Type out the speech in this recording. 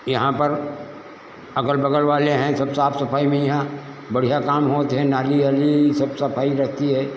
यहाँ पर अगल बगल वाले हैं सब साफ सफाई में यहाँ बढ़िया काम होता है नाली आली सब सफाई रहती है